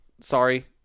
sorry